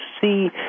see